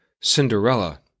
Cinderella